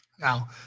Now